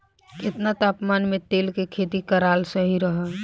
केतना तापमान मे तिल के खेती कराल सही रही?